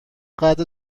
قدر